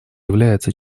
является